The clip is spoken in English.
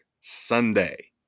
Sunday